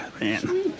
man